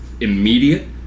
immediate